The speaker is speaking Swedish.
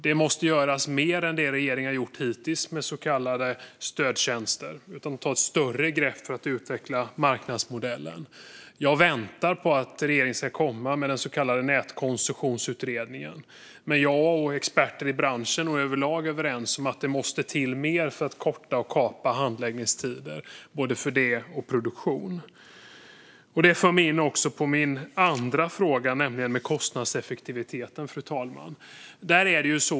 Det måste göras mer än det som regeringen har gjort hittills med så kallade stödtjänster. Det behövs ett större grepp för att utveckla marknadsmodellen. Jag väntar på att regeringen ska komma med den så kallade Nätkoncessionsutredningen, men jag och experter i branschen är överlag överens om att det måste till mer för att korta och kapa handläggningstider både för detta och för produktion. Det för mig in på min andra fråga, nämligen om kostnadseffektiviteten, fru talman.